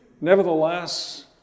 nevertheless